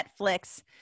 Netflix